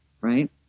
Right